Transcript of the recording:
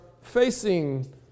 facing